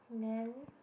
then